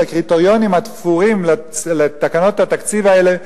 הקריטריונים התפורים לתקנות התקציב האלה,